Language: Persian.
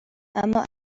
اما